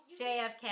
JFK